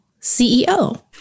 CEO